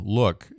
look